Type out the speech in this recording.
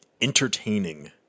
entertaining